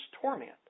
torment